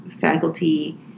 faculty